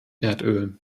erdöl